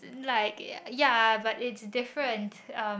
like ya but it's different um